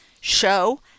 show